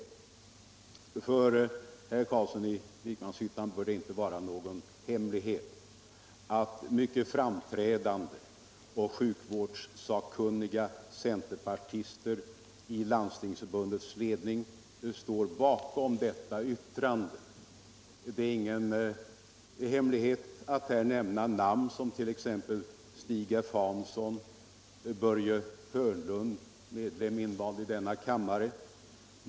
Det torde inte vara någon hemlighet för herr Carlsson i Vikmanshyttan att mycket framträdande och sjukvårdssakkunniga centerpartister i Landstingsförbundets ledning står bakom detta yttrande. Det är ingen hemlighet vilka dessa personer är, och jag kan här nämna namn som Stig F. Hansson och Börje Hörnlund, ledamot av denna kammare.